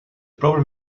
problem